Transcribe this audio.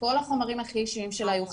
שכל החומרים הכי אישיים שלה יהיו חשופים,